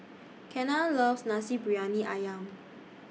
Kenna loves Nasi Briyani Ayam